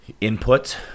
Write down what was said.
input